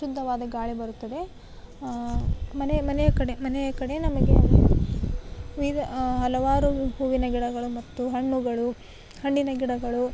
ಶುದ್ಧವಾದ ಗಾಳಿ ಬರುತ್ತದೆ ಮನೆ ಮನೆಯ ಕಡೆ ಮನೆಯ ಕಡೆ ನನಗೆ ವಿಧ ಹಲವಾರು ಹೂವಿನ ಗಿಡಗಳು ಮತ್ತು ಹಣ್ಣುಗಳು ಹಣ್ಣಿನ ಗಿಡಗಳು